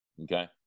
okay